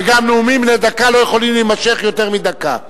ונאומים בני דקה לא יכולים להימשך יותר מדקה.